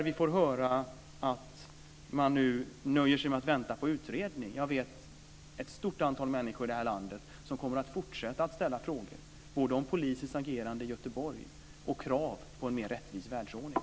Vi har fått höra att man nöjer sig med att vänta på utredningen. Jag vet ett stort antal människor i det här landet som kommer att fortsätta att ställa både frågor om polisens agerande i Göteborg och krav på en mer rättvis världsordning.